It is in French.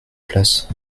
place